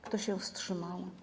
Kto się wstrzymał?